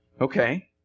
Okay